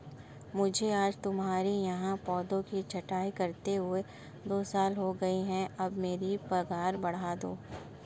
मुझे आज तुम्हारे यहाँ पौधों की छंटाई करते हुए दो साल हो गए है अब मेरी पगार बढ़ा दो